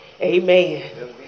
amen